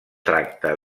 tracta